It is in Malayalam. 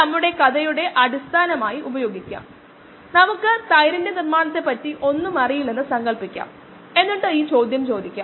നമുക്ക് വേഗത ആവശ്യമാണ് കാരണം നമുക്ക് 1 v ഉം 1 s ഉം തമ്മിലുള്ള പ്ലോട്ട് ചെയ്യേണ്ടതുണ്ട്